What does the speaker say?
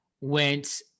went